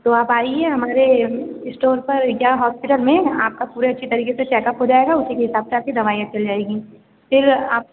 तो आप आइए हमारे स्टोर पर या हॉस्पिटल में आपका पूरा अच्छे तरीके से चेक अप हो जाएगा उसी के हिसाब से आपकी दवाइयाँ चल जाएगी फिर आप